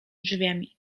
drzwiami